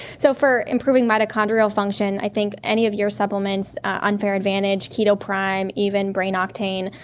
so for improving mitochondrial function i think any of your supplements unfair advantage, ketoprime, even brain octane,